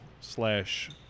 slash